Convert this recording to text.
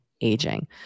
aging